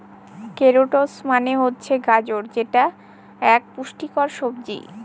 carrots মানে হচ্ছে গাজর যেটা এক পুষ্টিকর সবজি